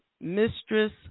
Mistress